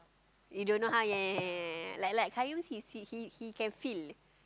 you don't know how ya ya ya ya ya like like Qayyum says he he he can feel